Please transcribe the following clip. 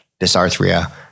dysarthria